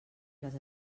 les